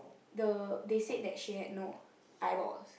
the they said that she had no eyeballs